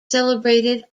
celebrated